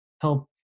help